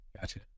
Gotcha